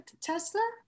Tesla